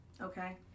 okay